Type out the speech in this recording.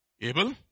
Abel